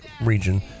region